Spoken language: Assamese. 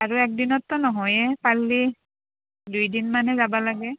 আৰু একদিনতটো নহয়ে পাল্লি দুই দিন মানে যাব লাগে